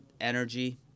energy